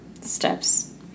steps